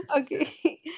Okay